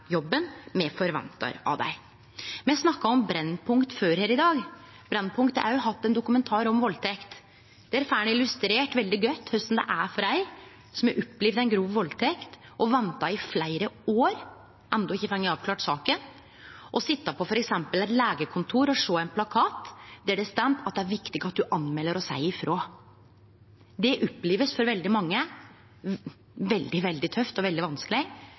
jobben me forventar av dei. Me snakka om Brennpunkt her før i dag. Brennpunkt har òg hatt ein dokumentar om valdtekt. Der får ein illustrert veldig godt korleis det er for ei som har opplevd ei grov valdtekt, og som har venta i fleire år og enno ikkje har fått avklart saka, å sitja på f.eks. eit legekontor og sjå ein plakat der det står at det er viktig at ein meldar og seier frå. Det blir av veldig mange opplevd som veldig tøft og vanskeleg